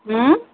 হু